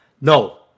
No